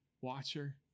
watcher